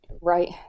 Right